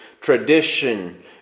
tradition